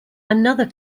another